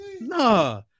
Nah